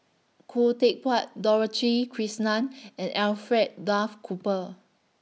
Khoo Teck Puat Dorothy Krishnan and Alfred Duff Cooper